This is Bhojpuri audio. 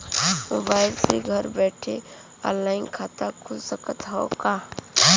मोबाइल से घर बैठे ऑनलाइन खाता खुल सकत हव का?